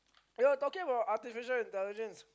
you know talking about artificial intelligence